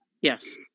Yes